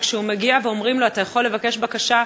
וכשהוא מגיע ואומרים לו: אתה יכול לבקש בקשה,